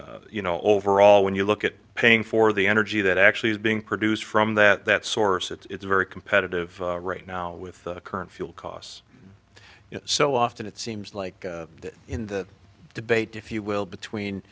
but you know overall when you look at paying for the energy that actually is being produced from that source it's very competitive right now with current fuel costs so often it seems like that in the debate if you will between